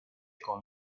con